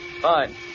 Fine